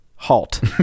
Halt